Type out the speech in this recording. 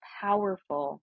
powerful